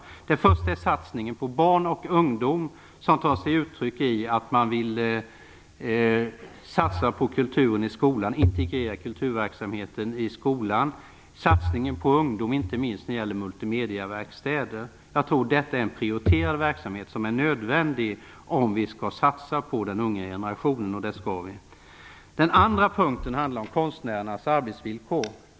Det första är satsningen på barn och ungdom som tar sig uttryck i viljan att satsa på integrerad kulturverksamhet i skolan och satsningen på ungdom, inte minst när det gäller multimedieverkstäder. Jag tror att detta är en prioriterad verksamhet som är nödvändig om vi skall satsa på den unga generationen, och det skall vi. Det andra området handlar om konstnärernas arbetsvillkor.